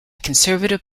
conservative